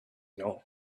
know